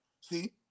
See